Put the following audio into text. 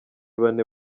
bane